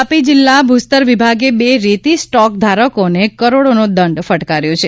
તાપી જિલ્લા ભૂસ્તર વિભાગે બે રેતી સ્ટોક ધારકોને કરોડો નો દંડ ફટકાર્યો છે